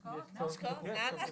ולא מביאים את זה בצורה מסודרת עכשיו.